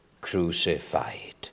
crucified